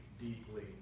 deeply